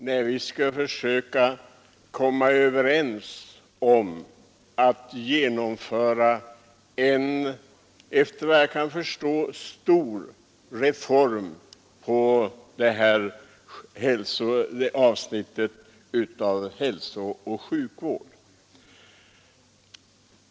Herr talman! Det är egentligen en mycket underlig debatt som vi i dag för när vi skall försöka komma överens om att genomföra en — efter vad jag kan förstå — stor reform på det här avsnittet av hälsooch sjukvården.